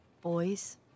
Boys